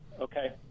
Okay